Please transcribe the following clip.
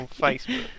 Facebook